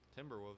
Timberwolves